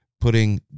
putting